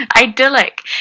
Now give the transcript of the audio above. idyllic